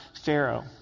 Pharaoh